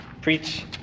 preach